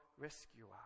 rescuer